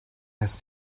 has